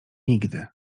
nigdy